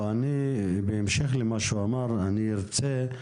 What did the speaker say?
בהמשך לדברים שאמר עטוה,